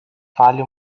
fale